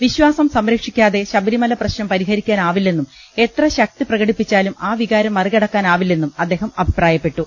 വിശ്വാസ്ം സംരക്ഷി ക്കാതെ ശബരിമല പ്രശ്നം പരിഹരിക്കാനാവില്ലെന്നും എത്ര ശക്തിപ്രകടിപ്പിച്ചാലും ആ വികാരം മറികടക്കാനാവില്ലെന്നും അദ്ദേഹം അഭിപ്രായപ്പെട്ടു